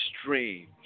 strange